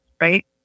right